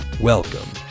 welcome